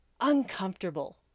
uncomfortable